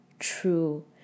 true